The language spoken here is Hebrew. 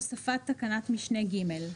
הוספת תקנת משנה (ג),